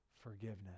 forgiveness